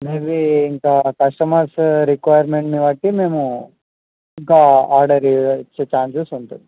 maybe ఇంకా customers రిక్వైర్మెంట్ని బట్టి మేము ఇంకా ఆర్డర్ ఇచ్చే ఛాన్సెస్ ఉంతుంది